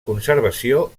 conservació